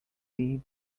deeds